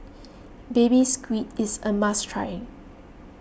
Baby Squid is a must try